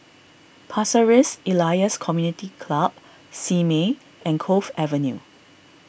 Pasir Ris Elias Community Club Simei and Cove Avenue